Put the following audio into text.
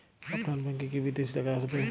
আমার ব্যংকে কি বিদেশি টাকা আসবে?